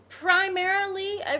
Primarily